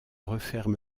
referme